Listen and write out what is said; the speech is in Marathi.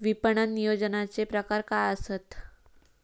विपणन नियोजनाचे प्रकार काय आसत?